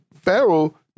Pharaoh